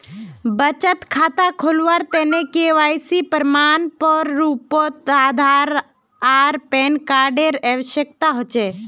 बचत खता खोलावार तने के.वाइ.सी प्रमाण एर रूपोत आधार आर पैन कार्ड एर आवश्यकता होचे